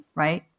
right